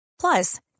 Plus